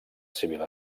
civil